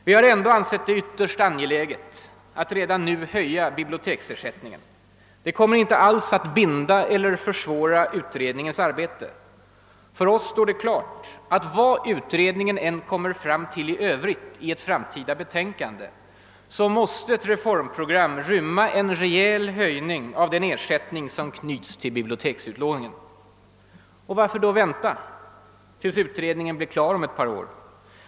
Vi har ändå ansett det vara ytterst angeläget att redan nu höja biblioteksersättningen. Det kommer inte alls att binda eller försvåra utredningens arbete. För oss står det klart att vad utredningen än kommer fram till i övrigt i ett framtida betänkande, måste ett reformprogram rymma en rejäl höjning av den ersättning som knyts till biblioteksutlåningen. Varför då vänta tills utredningen blir klar om ett par år?